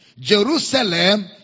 Jerusalem